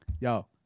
Yo